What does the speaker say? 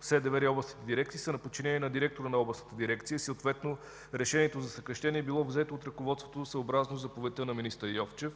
СДВР и областните дирекции са на подчинение на директора на областната дирекция и съответно решението за съкращение е било взето от ръководството съобразно заповедта на министър Йовчев.